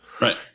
right